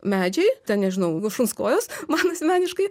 medžiai ten nežinau nu šuns kojos man asmeniškai